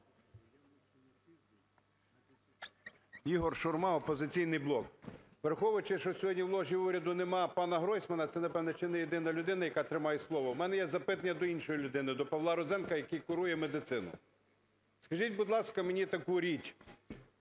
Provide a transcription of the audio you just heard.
Ігор Шурма, "Опозиційний блок". Враховуючи, що сьогодні в ложі уряду нема пана Гройсмана, це, напевно, чи не єдина людина, яка тримає слово, у мене є запитання до іншої людини – до Павла Розенка, який курує медицину. Скажіть, будь ласка, мені таку річ.